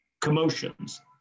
Commotions